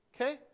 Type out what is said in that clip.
Okay